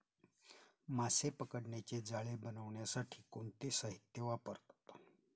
मासे पकडण्याचे जाळे बनवण्यासाठी कोणते साहीत्य वापरतात?